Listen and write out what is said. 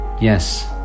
Yes